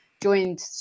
joined